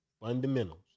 fundamentals